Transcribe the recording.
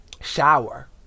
shower